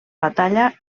batalla